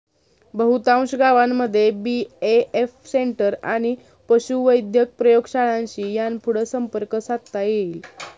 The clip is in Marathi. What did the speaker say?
बहुतांश गावांमध्ये बी.ए.एफ सेंटर आणि पशुवैद्यक प्रयोगशाळांशी यापुढं संपर्क साधता येईल